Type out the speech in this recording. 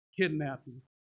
kidnapping